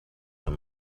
him